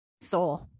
soul